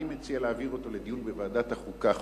אני מציע להעביר אותו לדיון בוועדת החוקה,